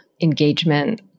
engagement